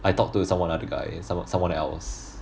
I talk to someone other guy someone someone else